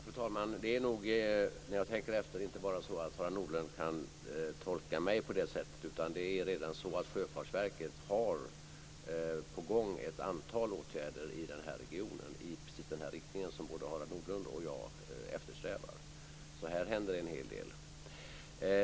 Fru talman! Det är nog, när jag tänker efter, inte bara så att Harald Nordlund kan tolka mig på det sättet, utan det är så att Sjöfartsverket redan har på gång ett antal åtgärder i denna region i precis den riktning som både Harald Nordlund och jag eftersträvar. Här händer det en hel del.